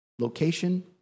location